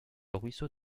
ruisseau